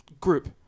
group